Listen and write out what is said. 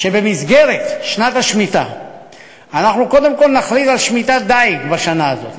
שבמסגרת שנת השמיטה אנחנו קודם כול נכריז על שמיטת דיג בשנה הזאת,